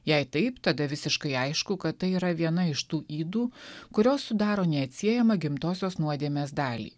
jei taip tada visiškai aišku kad tai yra viena iš tų ydų kurios sudaro neatsiejamą gimtosios nuodėmės dalį